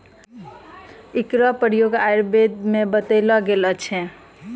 एकरो प्रयोग आयुर्वेद म बतैलो गेलो छै